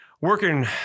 working